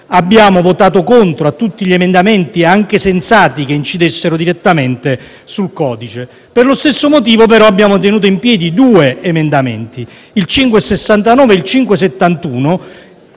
abbiamo votato contro tutti gli emendamenti, anche sensati, che incidessero direttamente sul codice. Per lo stesso motivo, però, abbiamo tenuto in piedi due emendamenti, appunto il 5.69 e il 5.71,